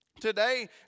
Today